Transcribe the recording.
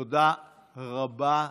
תודה רבה.